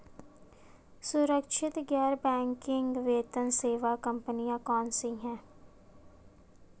सुरक्षित गैर बैंकिंग वित्त सेवा कंपनियां कौनसी हैं?